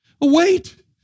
Wait